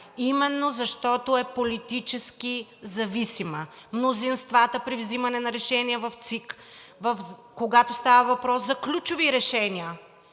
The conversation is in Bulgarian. Именно защото е политически зависима. При вземане на решения в ЦИК, когато става въпрос за ключови решения,